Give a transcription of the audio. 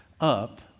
up